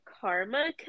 Karma